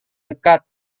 dekat